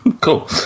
cool